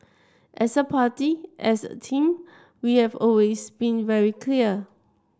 as a party as a team we have always been very clear